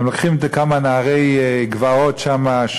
הם לוקחים כמה נערי גבעות שם,